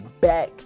back